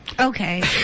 Okay